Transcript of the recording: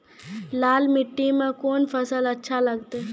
लाल मिट्टी मे कोंन फसल अच्छा लगते?